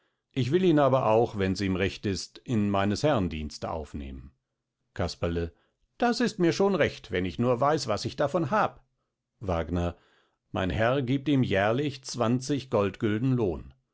ich will ihn aber auch wenns ihm recht ist in meines herren dienste aufnehmen casperle das ist mir schon recht wenn ich nur weiß was ich davon hab wagner mein herr giebt ihm jährlich zwanzig goldgülden lohn